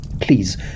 Please